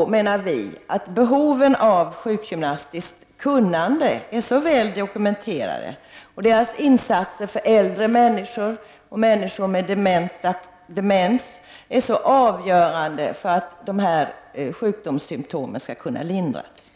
Vi menar att behoven av sjukgymnastiskt kunnande är väl dokumenterade. Sjukgymnasternas insatser för äldre människor och människor med demens är avgörande för att sjukdomssymtom skall kunna lindras.